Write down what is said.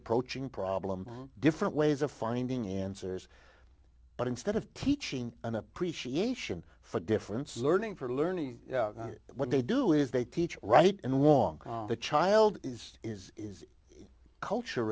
approaching problem different ways of finding answers but instead of teaching an appreciation for differences learning for learning what they do is they teach right and wrong the child is is is culture